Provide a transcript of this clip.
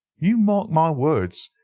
you mark my words,